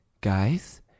guys